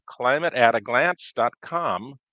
climateataglance.com